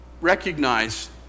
recognize